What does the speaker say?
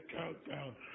Countdown